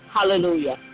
Hallelujah